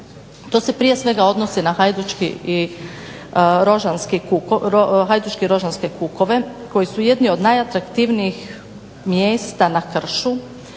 To se prije svega odnosi na Hajdučki i Rožanske kukove koji su jedni od najatraktivnijih mjesta na kršu